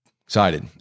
excited